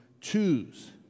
choose